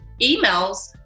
emails